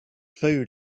food